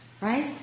Right